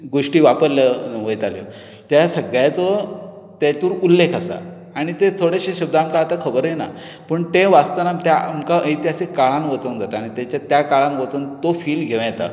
गोश्टी वापरल्यो वयताल्यो त्या सगळ्यांचो तातूंत उल्लेख आसा आनी ते थोडेशे शब्द आमकां आतां खबरूय ना पूण तें वाचतना आमकां इतिहासीक काळांत वचूंक जाता आनी तांचे त्या काळांत वचून तो फील घेवं येता